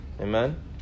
Amen